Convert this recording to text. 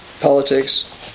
politics